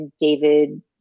David